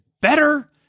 better